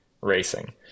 racing